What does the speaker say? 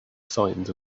signs